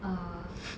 err